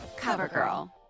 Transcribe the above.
CoverGirl